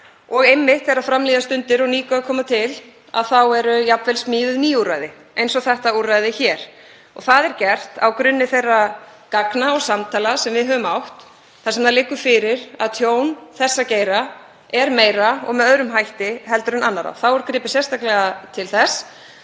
og einmitt þegar fram líða stundir og ný gögn koma til eru jafnvel smíðuð ný úrræði eins og þetta úrræði hér. Það er gert á grunni þeirra gagna og samtala sem við höfum átt þar sem það liggur fyrir að tjón þessa geira er meira og með öðrum hætti en annarra. Þá er gripið sérstaklega til þess.